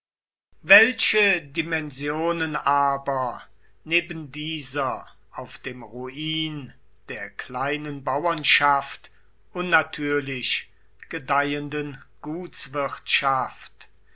welche dimensionen aber neben dieser auf dem ruin der kleinen bauernschaft unnatürlich gedeihenden